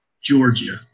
Georgia